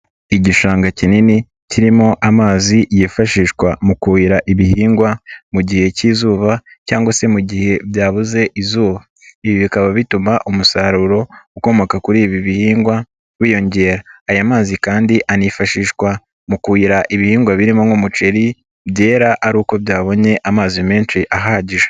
Igishanga kinini kirimo amazi yifashishwa mu kuhira ibihingwa, mu gihe k'izuba cyangwa se mu gihe byabuze izuba. Ibi bikaba bituma umusaruro ukomoka kuri ibi bihingwa wiyongera. Aya mazi kandi anifashishwa mu kuhira ibihingwa birimo nk'umuceri, byera ari uko byabonye amazi menshi ahagije.